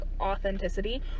authenticity